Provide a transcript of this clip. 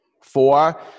Four